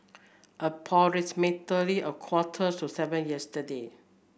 approximately a quarter to seven yesterday